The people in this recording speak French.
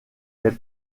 fait